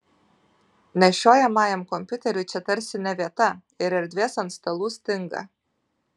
nešiojamajam kompiuteriui čia tarsi ne vieta ir erdvės ant stalų stinga